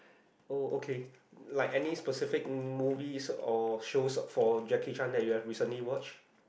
oh okay like any specific movies or shows for Jackie-Chan you had recently watched